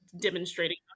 demonstrating